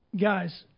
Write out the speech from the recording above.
guys